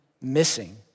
missing